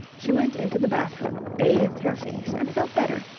she went into the bathroom, bathed her face, and felt better.